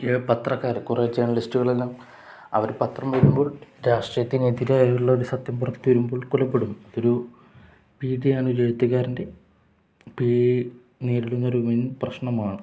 പത്രക്കാർ കുറേ ജേർണലിസ്റ്റുകളെല്ലാം അവർ പത്രം വരുമ്പോൾ രാഷ്ട്രീയത്തിനെതിരായുള്ള ഒരു സത്യം പുറത്ത് വരുമ്പോൾ കൊല്ലപ്പെടും അതൊരു പേടിയാണ് എഴുത്തക്കാരൻ്റെ പേടി നേരിടുന്നത് ഒരു വൻ പ്രശ്നമാണ്